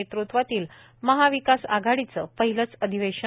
नेतृत्वातील महाविकास आघाडीच पहिलच अधिवेशन